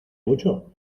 mucho